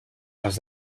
pas